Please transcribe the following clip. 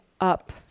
up